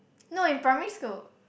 no in primary school